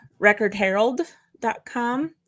recordherald.com